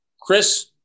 Chris